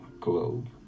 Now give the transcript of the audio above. globe